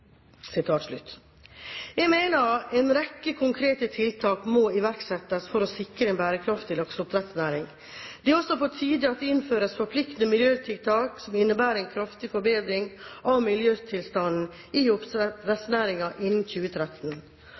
Jeg mener en rekke konkrete tiltak må iverksettes for å sikre en bærekraftig lakseoppdrettsnæring. Det er også på tide at det innføres forpliktende miljøtiltak som innebærer en kraftig forbedring av miljøtilstanden i oppdrettsnæringen innen 2013.